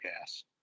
gas